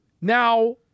Now –